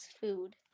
food